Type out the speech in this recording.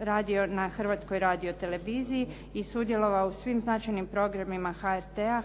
radio na Hrvatskoj radioteleviziji i sudjelovao u svim značajnim programima HRT-a